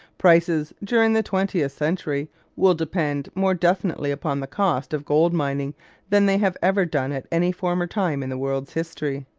prices during the twentieth century will depend more definitely upon the cost of gold-mining than they have ever done at any former time in the world's history.